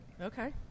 Okay